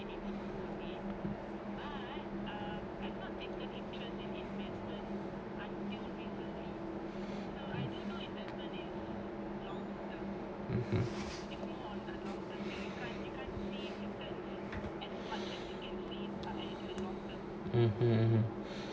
(uh huh)